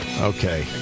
Okay